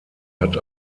hat